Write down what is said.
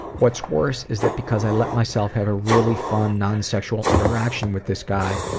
what's worse is that, because i let myself have a really fun, non-sexual interaction with this guy,